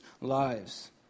lives